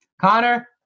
Connor